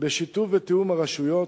בשיתוף ובתיאום הרשויות,